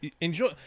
enjoy